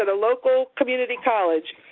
and local community college